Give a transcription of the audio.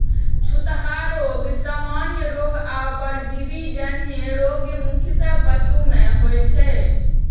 छूतहा रोग, सामान्य रोग आ परजीवी जन्य रोग मुख्यतः पशु मे होइ छै